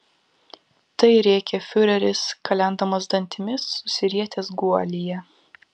tai rėkė fiureris kalendamas dantimis susirietęs guolyje